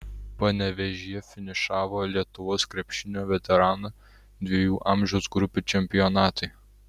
panevėžyje finišavo lietuvos krepšinio veteranų dviejų amžiaus grupių čempionatai